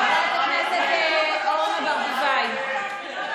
חבר הכנסת סימון דוידסון.